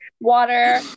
water